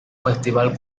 festival